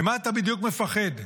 ממה אתה בדיוק מפחד?